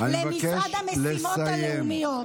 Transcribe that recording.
למשרד המשימות הלאומיות.